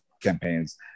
campaigns